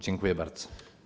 Dziękuję bardzo.